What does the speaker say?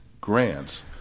grants